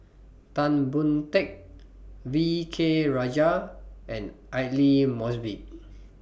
Tan Boon Teik V K Rajah and Aidli Mosbit